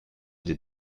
des